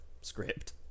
script